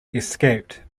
escaped